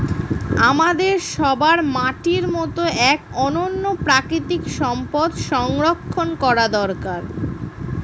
আমাদের সবার মাটির মতো এক অনন্য প্রাকৃতিক সম্পদ সংরক্ষণ করা দরকার